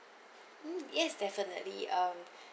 mm yes definitely um